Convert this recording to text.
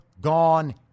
gone